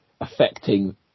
affecting